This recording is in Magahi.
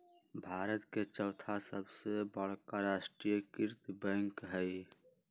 भारत के चौथा सबसे बड़का राष्ट्रीय कृत बैंक हइ